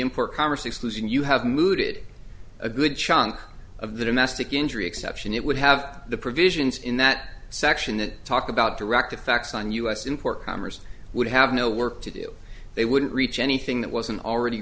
import conversely solution you have mooted a good chunk of the domestic injury exception it would have the provisions in that section that talk about direct effects on u s import commerce would have no work to do they wouldn't reach anything that wasn't already